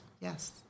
Yes